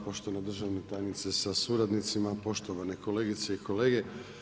Poštovana državna tajnice sa suradnicima, poštovane kolegice i kolege.